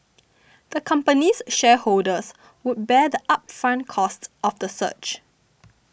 the company's shareholders would bear the upfront costs of the search